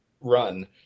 run